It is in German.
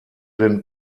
den